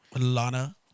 Lana